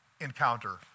encounter